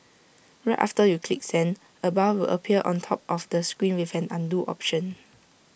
right after you click send A bar will appear on top of the screen with an Undo option